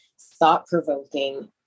thought-provoking